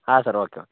ಹಾಂ sir okay okay